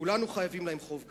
כולנו חייבים להם חוב גדול.